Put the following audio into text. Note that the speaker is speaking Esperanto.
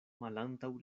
malantaŭ